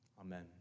Amen